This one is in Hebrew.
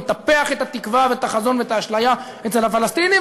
הוא מטפח את התקווה ואת החזון ואת האשליה אצל הפלסטינים,